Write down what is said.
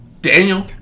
Daniel